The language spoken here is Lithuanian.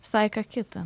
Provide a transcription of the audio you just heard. visai ką kita